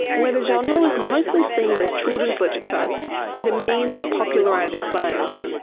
where the genre was mostly seen as children's literature and a means of popularising science.